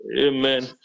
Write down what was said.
Amen